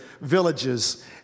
villages